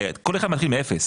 הרי כל אחד מתחיל מ-0%